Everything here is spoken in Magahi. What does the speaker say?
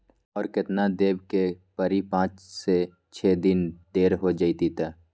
और केतना देब के परी पाँच से छे दिन देर हो जाई त?